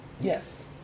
Yes